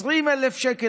20,000 שקל,